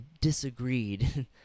disagreed